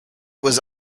was